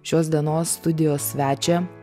šios dienos studijos svečią